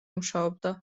მუშაობდა